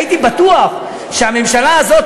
הייתי בטוח שהממשלה הזאת,